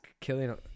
killing